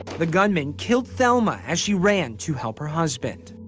the gunman killed, thelma as she ran to help her husband.